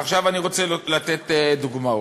עכשיו אני רוצה לתת דוגמאות.